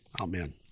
Amen